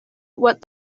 what